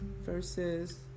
verses